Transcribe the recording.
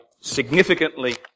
significantly